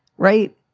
right?